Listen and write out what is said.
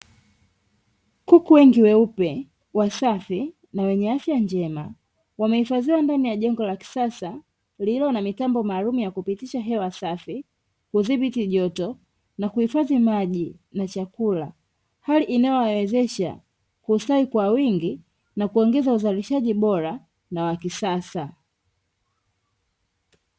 Kuku wengi weupe wasafi na wenye afya njema wamehifadhiwa ndani ya jengo la kisasa lililo na mitambo maalumu ya kupitisha hewa safi, kudhibiti joto na kuhifadhi maji na chakula, hali inayowawezesha kustawi kwa wingi na kuongeza uzalishaji bora na wa kisasa.